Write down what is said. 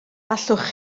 allwch